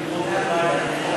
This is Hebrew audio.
למחוא